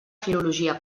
filologia